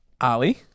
Ali